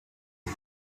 him